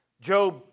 Job